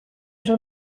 oso